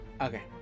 Okay